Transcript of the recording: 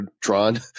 Tron